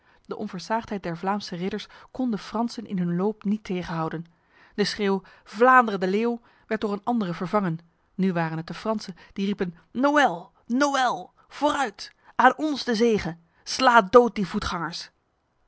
de onversaagdheid der vlaamse ridders kon de fransen in hun loop niet tegenhouden de schreeuw vlaanderen de leeuw werd door een andere vervangen nu waren het de fransen die riepen noël noël vooruit aan ons de zege slaat dood die voetgangers